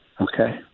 Okay